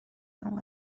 اون